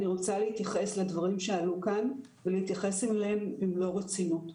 אני רוצה להתייחס לדברים שעלו כאן ולהתייחס אליהם במלוא הרצינות.